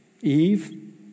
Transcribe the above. Eve